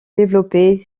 développés